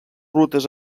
rutes